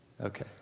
Okay